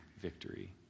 victory